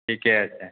ठीके छै